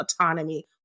autonomy